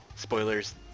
Spoilers